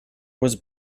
was